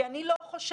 כי אני לא חושבת,